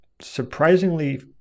surprisingly